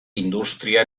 industria